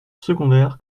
secondaire